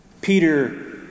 Peter